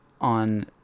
on